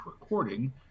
recording